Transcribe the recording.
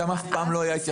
שם אף פעם לא היתה התייחסות.